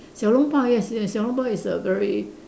小笼包 yes yes 小笼包 is a very